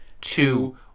two